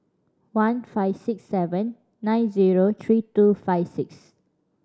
one five six seven nine zero three two five six